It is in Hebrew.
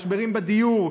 משברים בדיור,